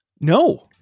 No